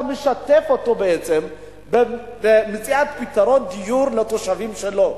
אתה משתף אותו במציאת פתרון דיור לתושבים שלו,